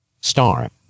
Star